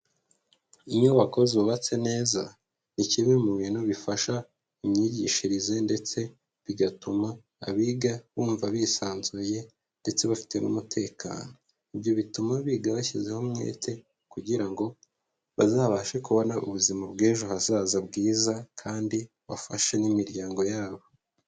Inyubako zubatse neza, ni kimwe mu bintu bifasha imyigishirize ndetse bigatuma abiga bumva bisanzuye ndetse bafite n'umutekano, ibyo bituma biga bashyizeho umwete kugira ngo bazabashe kubona ubuzima bw'ejo hazaza bwiza kandi bafashe n'imiryango yabo.